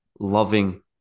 loving